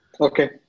Okay